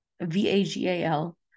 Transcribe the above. V-A-G-A-L